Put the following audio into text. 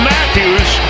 Matthews